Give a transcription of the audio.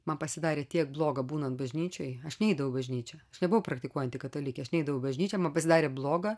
man pasidarė tiek bloga būnant bažnyčioj aš neidavau į bažnyčią aš nebuvau praktikuojanti katalikė neidavo į bažnyčią man pasidarė bloga